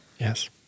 Yes